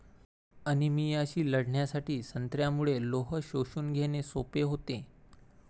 अनिमियाशी लढण्यासाठी संत्र्यामुळे लोह शोषून घेणे सोपे होते